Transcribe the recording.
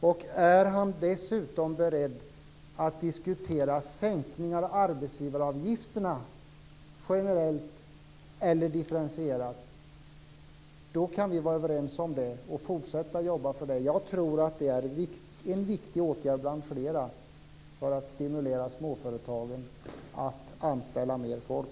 Om han dessutom är beredd att diskutera sänkningar av arbetsgivaravgifterna generellt eller differentierat kan vi vara överens om det och fortsätta att jobba för det. Jag tror att det är en av flera viktiga åtgärder för att småföretagen skall stimuleras att anställa mer folk.